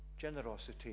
generosity